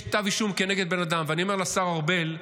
כשיש כתב אישום כנגד בן אדם, ואני אומר לשר ארבל,